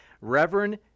reverend